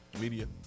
media